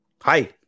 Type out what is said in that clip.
Hi